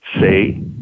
say